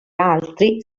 altri